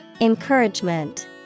Encouragement